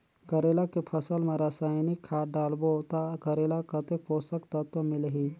करेला के फसल मा रसायनिक खाद डालबो ता करेला कतेक पोषक तत्व मिलही?